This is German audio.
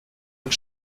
und